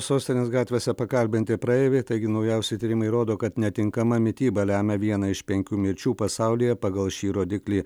sostinės gatvėse pakalbinti praeiviai taigi naujausi tyrimai rodo kad netinkama mityba lemia vieną iš penkių mirčių pasaulyje pagal šį rodiklį